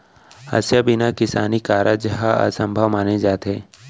हँसिया बिना किसानी कारज करना ह असभ्यो माने जाथे